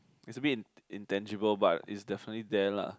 is a bit in~ intangible but is definitely there lah